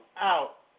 out